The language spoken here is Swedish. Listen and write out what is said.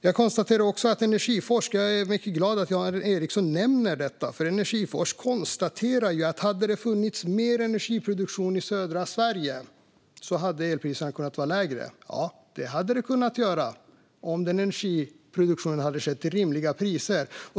Jag är mycket glad att Jan Ericson nämner Energiforsk, som konstaterar att elpriserna hade kunnat vara lägre om det hade funnits mer energiproduktion i södra Sverige. Ja, det hade de kunnat vara, om energiproduktionen hade skett till rimliga priser.